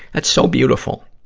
that's so beautiful.